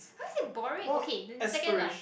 how is it boring okay the second one